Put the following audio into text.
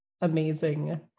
amazing